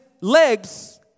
legs